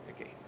Okay